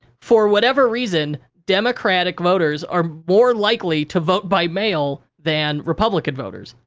for whatever reason, democratic voters are more likely to vote by mail than republican voters.